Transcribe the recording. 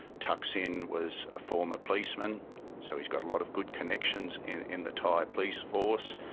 thaksin was a former policeman so he's got a lot of good connections in in the thai police force.